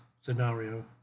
scenario